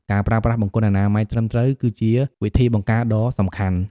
ការប្រើប្រាស់បង្គន់អនាម័យត្រឹមត្រូវ គឺជាវិធីបង្ការដ៏សំខាន់។